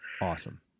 Awesome